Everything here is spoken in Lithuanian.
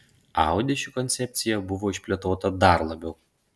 audi ši koncepcija buvo išplėtota dar labiau